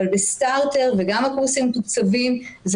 אבל בסטארטר וגם הקורסים המתוקצבים אלה